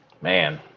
man